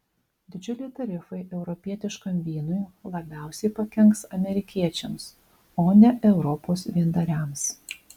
didžiuliai tarifai europietiškam vynui labiausiai pakenks amerikiečiams o ne europos vyndariams